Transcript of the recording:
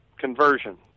conversion